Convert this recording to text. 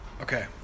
Okay